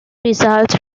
result